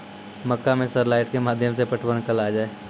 मक्का मैं sir light के माध्यम से पटवन कल आ जाए?